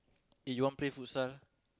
eh you want play futsal